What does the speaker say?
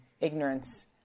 ignorance